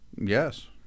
Yes